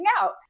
out